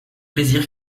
plaisir